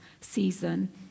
season